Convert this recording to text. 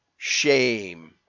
shame